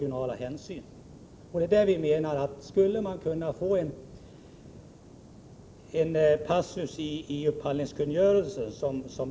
Vi vill få till stånd en utredning huruvida det är möjligt att få in en passus i upphandlingskungörelsen därom.